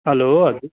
hello